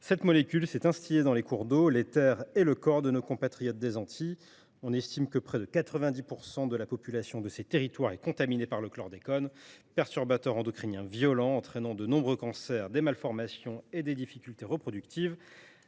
plantations, s’est instillée dans les cours d’eau et les terres de ces îles, mais surtout dans le corps de nos compatriotes des Antilles. On estime que près de 90 % de la population de ces territoires est contaminée par le chlordécone, perturbateur endocrinien violent qui cause de nombreux cancers, des malformations et des difficultés reproductives.